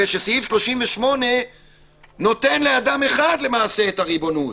הרי שסעיף 38 נותן לאדם אחד למעשה את הריבונות.